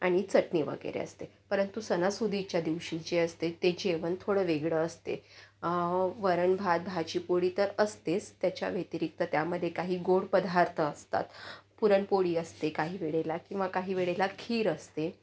आणि चटणी वगैरे असते परंतु सणासुदीच्या दिवशी जे असते ते जेवण थोडं वेगळं असते वरण भात भाजी पोळी तर असतेच त्याच्याव्यतिरिक्त त्यामध्ये काही गोड पदार्थ असतात पुरणपोळी असते काही वेळेला किंवा काही वेळेला खीर असते